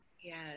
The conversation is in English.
yes